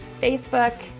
Facebook